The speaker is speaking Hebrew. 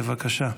בבקשה,